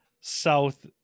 south